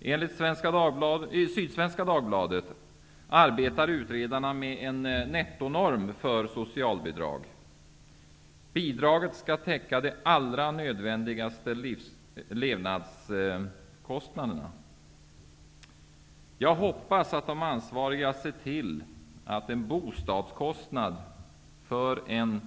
Enligt Sydsvenska Dagbladet arbetar utre darna med en nettonorm för socialbidrag. Bidra get skall täcka de allra nödvändigaste levnads kostnaderna. Jag hoppas att de ansvariga ser till att en bostadskostnad för en